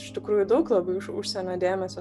iš tikrųjų daug labai iš užsienio dėmesio